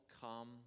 come